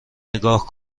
نگاه